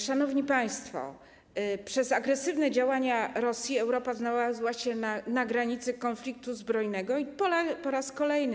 Szanowni państwo, przez agresywne działania Rosji Europa znalazła się na granicy konfliktu zbrojnego, po raz kolejny.